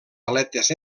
aletes